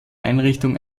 einrichtung